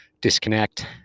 disconnect